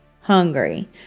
Hungry